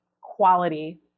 quality